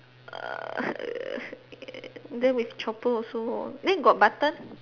err err then with chopper also then got button